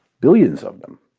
billions of them.